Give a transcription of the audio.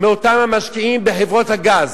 מאותם המשקיעים בחברות הגז.